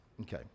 Okay